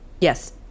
Yes